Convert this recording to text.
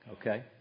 okay